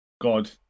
god